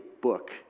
book